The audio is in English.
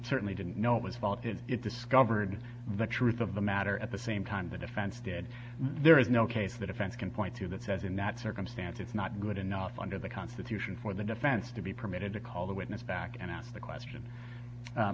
certainly didn't know it was faulted it discovered the truth of the matter at the same time the defense did there is no case the defense can point to that says in that circumstance it's not good enough under the constitution for the defense to be permitted to call the witness back and ask the question